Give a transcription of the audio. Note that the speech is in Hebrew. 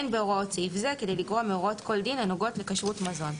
אין בהוראות סעיף זה כדי לגרוע מהוראות כל דין הנוגעות לכשרות מזון".